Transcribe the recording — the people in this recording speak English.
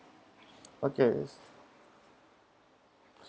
okay